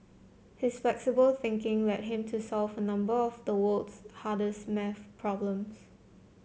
his flexible thinking led him to solve a number of the world's hardest maths problems